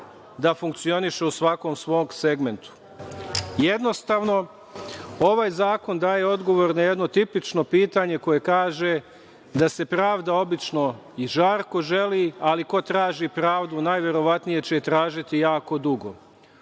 da funkcioniše u svakom svom segmentu. Jednostavno, ovaj zakon daje odgovor na jedno tipično pitanje koje kaže da se pravda obično i žarko želi, ali ko traži pravdu najverovatnije će je tražiti jako dugo.